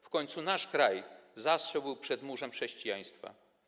W końcu nasz kraj zawsze był przedmurzem chrześcijaństwa.